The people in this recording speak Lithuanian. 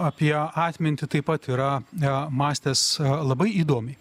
apie atmintį taip pat yra a mąstęs labai įdomiai